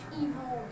evil